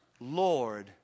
Lord